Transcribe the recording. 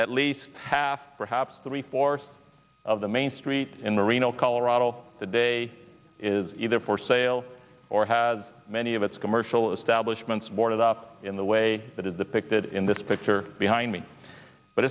at least half perhaps three fourths of the main street in marino colorado today is either for sale or has many of its commercial establishments boarded up in the way that is depicted in this picture behind me but